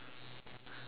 I don't